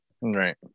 Right